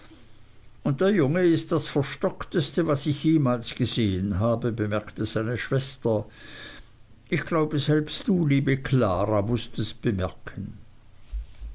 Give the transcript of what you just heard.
und der junge ist das verstockteste was ich jemals gesehen habe bemerkte seine schwester ich glaube selbst du liebe klara mußt es bemerken